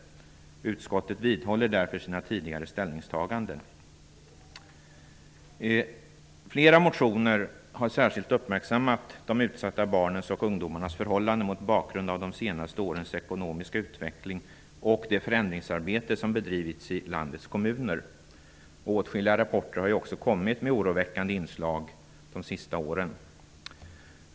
Utskottet vidhåller därför sina tidigare ställningstaganden. Flera motioner har särskilt uppmärksammat de utsatta barnens och ungdomarnas förhållanden mot bakgrund av de senaste årens ekonomiska utveckling och det förändringsarbete som har bedrivits i landets kommuner. Åtskilliga rapporter har också kommit med oroväckande inslag under de senaste åren.